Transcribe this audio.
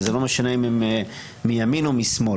וזה לא משנה אם הם מימין או משמאל.